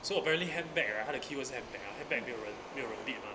so apparently handbag right 他的 queue 还是 handbag handbag ah 没有人没有人 bid mah